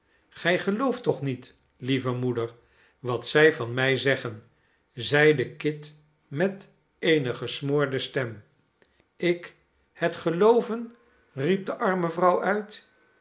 gij gelooft toch niet lieve moeder wat zij van my zeggen zeide kit met eene gesmoorde stem ik het gelooven riep de arme vrouw uit